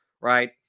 Right